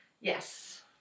yes